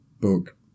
Book